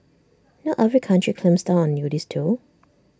not every country clamps down on nudists though